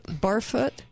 Barfoot